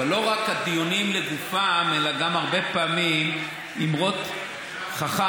אבל לא רק הדיונים לגופם אלא הרבה פעמים גם אמרות חכם,